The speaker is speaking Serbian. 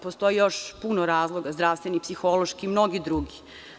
Postoji još puno razloga, zdravstveni, psihološki, mnogi drugi.